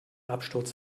absturz